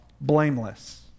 blameless